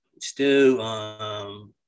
Stu